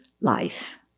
life